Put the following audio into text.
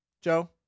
Joe